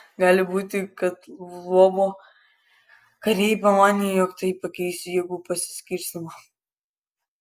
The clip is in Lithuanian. gali būti kad lvovo kariai pamanė jog tai pakeis jėgų pasiskirstymą